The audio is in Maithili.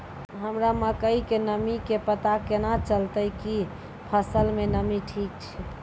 हमरा मकई के नमी के पता केना चलतै कि फसल मे नमी ठीक छै?